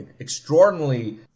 extraordinarily